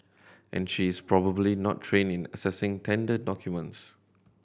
and she is probably not training assessing tender documents